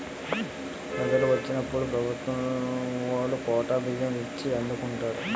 వరదలు వొచ్చినప్పుడు ప్రభుత్వవోలు కోటా బియ్యం ఇచ్చి ఆదుకుంటారు